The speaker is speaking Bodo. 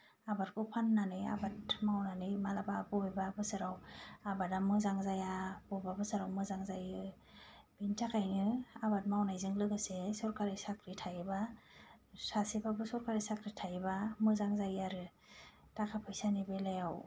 आबादखौ फाननानै आबाद मावनानै माब्लाबा बबेबा बोसोराव आबादा मोजां जाया बबेबा बोसोराव मोजां जायो बिनि थाखायनो आबाद मावनायजों लोगोसे सरखारि साख्रि थायोब्ला सासेब्लाबो सरखारि साख्रि थायोब्ला मोजां जायो आरो थाखा फैसानि बेलायाव